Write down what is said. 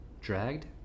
dragged